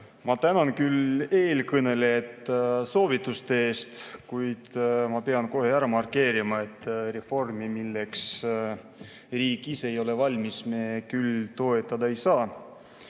Ma tänan küll eelkõnelejat soovituste eest, kuid ma pean kohe ära markeerima, et reformi, milleks riik ise ei ole valmis, me küll toetada ei saa. Kui